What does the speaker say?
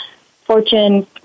fortune